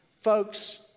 Folks